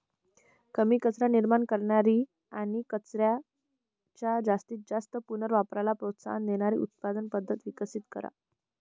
कमी कचरा निर्माण करणारी आणि कचऱ्याच्या जास्तीत जास्त पुनर्वापराला प्रोत्साहन देणारी उत्पादन पद्धत विकसित करा